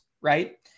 Right